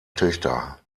töchter